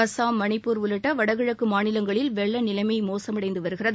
அஸ்ஸாம் மணிப்பூர் உள்ளிட்ட வடகிழக்கு மாநிலங்களில் வெள்ள நிலைமை மோசமடைந்து வருகிறது